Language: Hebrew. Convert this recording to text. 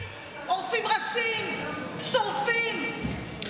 עורפים ראשים, שורפים.